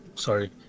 Sorry